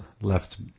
left